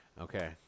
Okay